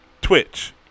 twitch